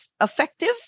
effective